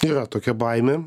yra tokia baimė